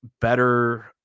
better